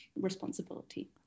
responsibility